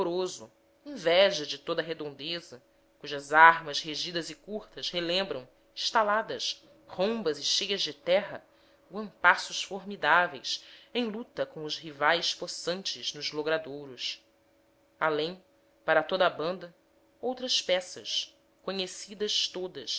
vigoroso inveja de toda a redondeza cujas armas rígidas e curtas relembram estaladas rombas e cheias de terra guampaços formidáveis em luta com os rivais possantes nos logradouros além para toda a banda outras peças conhecidas todas